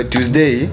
Tuesday